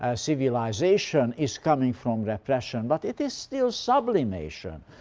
ah civilization is coming from repression, but it is still sublimation,